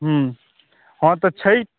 हँ तऽ छठि